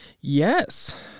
Yes